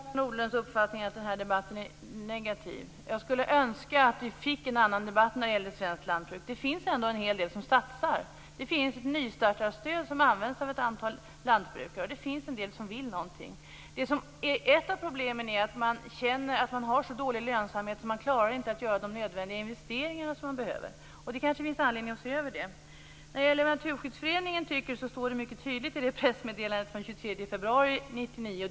Fru talman! Jag delar Harald Nordlunds uppfattning att den här debatten är negativ. Jag skulle önska att vi fick en annan debatt när det gäller svenskt lantbruk. Det finns ändå en hel del som satsar. Det finns ett nystartarstöd som används av ett antal lantbrukare, och det finns en del som vill någonting. Ett av problemen är att man känner att man har så dålig lönsamhet att man inte klarar att göra nödvändiga investeringar. Det kanske finns anledning att se över det. När det gäller vad Naturskyddsföreningen tycker, står det mycket tydligt i pressmeddelandet från den 23 februari 1999.